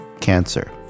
cancer